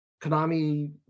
konami